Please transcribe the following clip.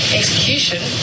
execution